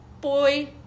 boy